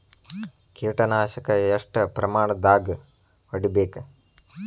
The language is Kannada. ಕೇಟ ನಾಶಕ ಎಷ್ಟ ಪ್ರಮಾಣದಾಗ್ ಹೊಡಿಬೇಕ?